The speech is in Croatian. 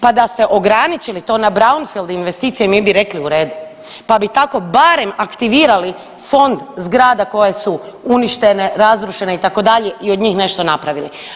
Pa da ste ograničili to na brownfeild investicije mi bi rekli u redu, pa bi tako barem aktivirali fond zgrada koje su uništene, razrušene itd. i od njih nešto napravili.